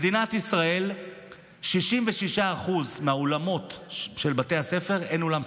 במדינת ישראל ב-66% מבתי הספר אין אולם ספורט.